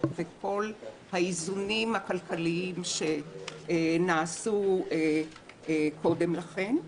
ואת כל האיזונים הכלכליים שנעשו קודם לכן.